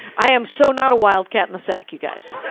i am so not a wildcat in the sack, you guys.